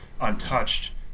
Untouched